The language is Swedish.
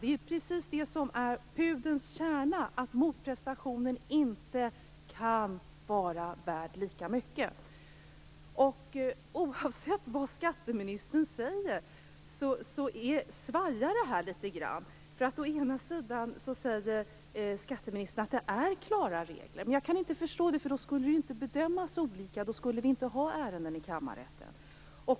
Det är precis det som är pudelns kärna, att motprestationen inte kan vara värd lika mycket. Oavsett vad skatteministern säger, svajar det här litet grand. Å ena sidan säger skatteministern att det är klara regler. Men jag kan inte förstå det. Då skulle det ju inte bedömas olika. Då skulle vi inte ha ärenden i kammarrätten.